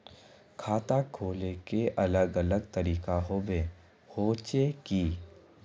खाता खोले के अलग अलग तरीका होबे होचे की?